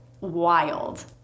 wild